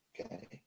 okay